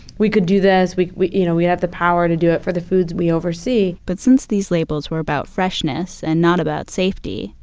we could do this. we we you know have the power to do it for the foods we oversee. but since these labels were about freshness and not about safety,